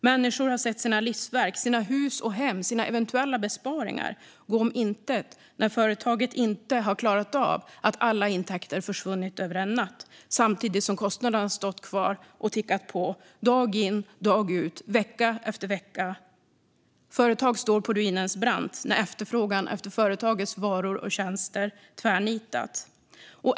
Människor har sett sina livsverk, sina hus och hem och sina eventuella besparingar gå om intet när deras företag inte klarat att alla intäkter försvunnit över en natt samtidigt som kostnaderna kvarstått och tickat på, dag ut och dag in och vecka efter vecka. Företag står på ruinens brant när efterfrågan på deras varor eller tjänster tvärnitat.